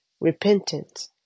repentance